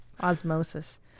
osmosis